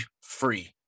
free